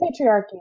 patriarchy